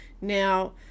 Now